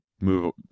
move